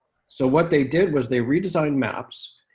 so what they did was they redesigned maps,